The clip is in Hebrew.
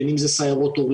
בין אם זה סיירות הורים,